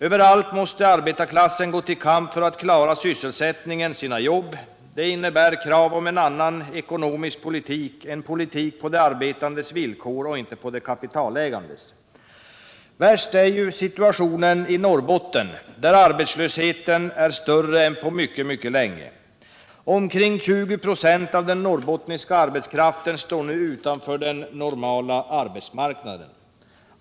Överallt måste arbetarklassen gå till kamp för att klara sysselsättningen — sina jobb. Det innebär krav på en annan ekonomisk politik, en politik på de arbetandes villkor och inte på de kapitalägandes. Värst är situationen i Norrbotten där arbetslösheten är större än på mycket länge. Omkring 20 26 av den norrbottniska arbetskraften står nu utanför den normala arbetsmarknaden.